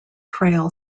trail